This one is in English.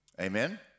Amen